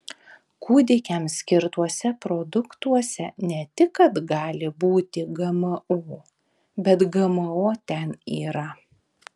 kūdikiams skirtuose produktuose ne tik kad gali būti gmo bet gmo ten yra